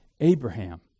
Abraham